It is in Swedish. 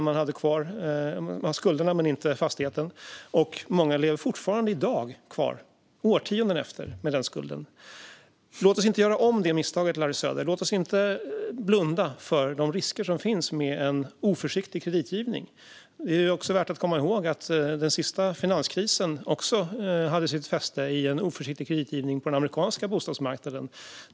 Man hade kvar skulderna men inte fastigheten. Många lever med den skulden än i dag, årtionden efteråt. Låt oss inte göra om det misstaget, Larry Söder! Låt oss inte blunda för de risker som finns med en oförsiktig kreditgivning! Det är värt att komma ihåg att den sista finanskrisen också hade sin grund i en oförsiktig kreditgivning på den amerikanska bostadsmarknaden.